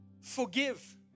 forgive